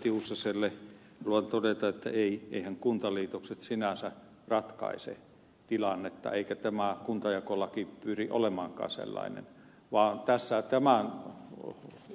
tiusaselle haluan todeta että eiväthän kuntaliitokset sinänsä ratkaise tilannetta eikä tämä kuntajakolaki pyri olemaankaan sellainen vaan tämän